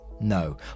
No